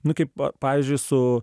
nu kaip pavyzdžiui su